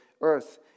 earth